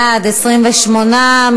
בעד, 28,